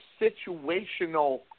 situational